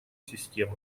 системы